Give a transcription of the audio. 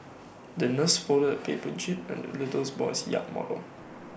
the nurse folded paper jib and the little boy's yacht model